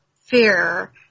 fear